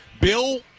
Bill